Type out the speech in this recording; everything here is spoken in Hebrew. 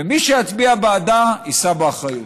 ומי שיצביע בעדה, יישא באחריות.